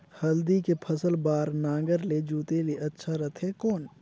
हल्दी के फसल बार नागर ले जोते ले अच्छा रथे कौन?